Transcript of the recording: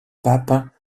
pape